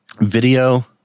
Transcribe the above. video